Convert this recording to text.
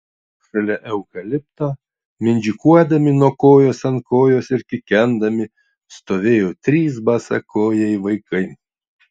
šalia eukalipto mindžikuodami nuo kojos ant kojos ir kikendami stovėjo trys basakojai vaikai